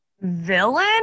Villain